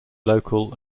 local